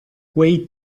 quei